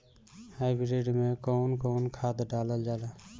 Hybrid में कउन कउन खाद डालल जाला?